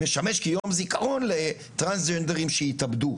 שמשמש זיכרון לטרנסג'נדרים שהתאבדו.